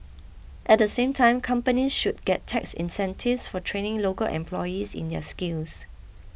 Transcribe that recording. at the same time companies should get tax incentives for training local employees in these skills